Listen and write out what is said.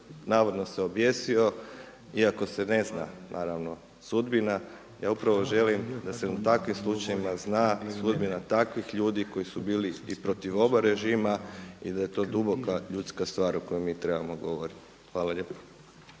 navodno objesio, iako se ne zna naravno sudbina. Ja upravo želim da se o takvim slučajevima zna, sudbina takvih ljudi koji su bili i protiv oba režima i da je to duboka ljudska stvar o kojoj mi trebamo govoriti. Hvala lijepo.